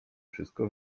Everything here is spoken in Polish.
wszystko